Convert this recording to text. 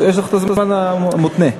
יש לך הזמן המוקנה.